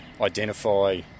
identify